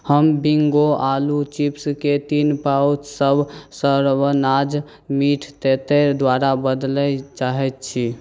हम बिङ्गो आलू चिप्सके तीन पाउचसब सरवनाज मीठ तेतरि द्वारा बदलै चाहै छी